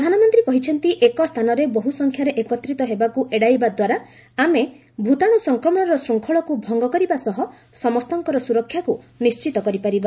ପ୍ରଧାନମନ୍ତ୍ରୀ କହିଛନ୍ତି ଏକ ସ୍ଥାନରେ ବହୁ ସଂଖ୍ୟାରେ ଏକତ୍ରିତ ହେବାକୁ ଏଡାଇବା ଦ୍ୱାରା ଆମେ ଭୂତାଣୁ ସଂକ୍ରମଣର ଶୃଙ୍ଖଳକୁ ଭଙ୍ଗ କରିବା ସହ ସମସ୍ତଙ୍କର ସୁରକ୍ଷାକୁ ନିର୍ଣ୍ଣିତ କରିପାରିବା